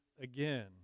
again